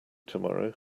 tomorrow